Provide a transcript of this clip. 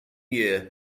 year